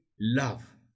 love